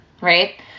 right